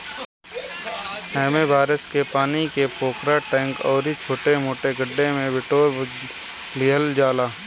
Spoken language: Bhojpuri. एमे बारिश के पानी के पोखरा, टैंक अउरी छोट मोट गढ्ढा में बिटोर लिहल जाला